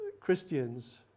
Christians